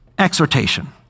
exhortation